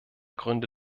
gründe